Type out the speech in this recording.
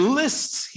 lists